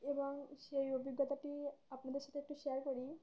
এবং সেই অভিজ্ঞতাটি আপনাদের সাথে একটু শেয়ার করি